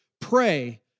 pray